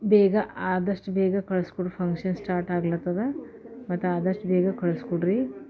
ಬೇಗ ಆದಷ್ಟು ಬೇಗ ಕಳ್ಸ್ಕೊಡಿ ಫಂಕ್ಷನ್ ಸ್ಟಾರ್ಟ್ ಆಗ್ಲತ್ತದ ಮತ್ತು ಅದಷ್ಟು ಬೇಗ ಕಳ್ಸ್ಕೊಡ್ರೀ